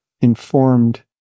informed